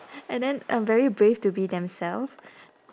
and then uh very brave to be themself